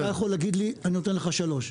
אתה יכול להגיד לי אני נותן לך שלוש.